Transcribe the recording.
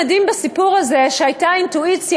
מה שמדהים בסיפור הזה הוא שהייתה אינטואיציה